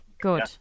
Good